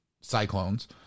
cyclones